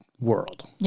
world